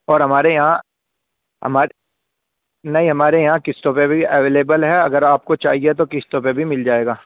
اور ہمارے یہاں نہیں ہمارے یہاں قسطوں پہ بھی اویلیبل ہے اگر آپ کو چاہیے تو قسطوں پہ بھی مل جائے گا